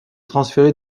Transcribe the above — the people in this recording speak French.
transféré